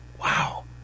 Wow